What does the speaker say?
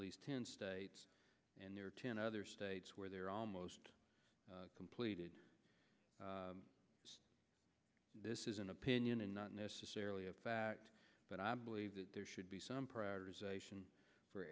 least ten states and there are ten other states where they're almost completed this is an opinion and not necessarily a fact but i believe that there should be some